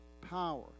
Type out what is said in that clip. power